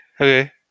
okay